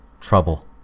Trouble